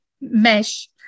mesh